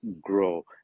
grow